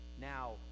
Now